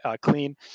clean